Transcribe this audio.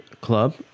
Club